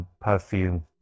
perfume